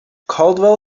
caldwell